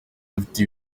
dufite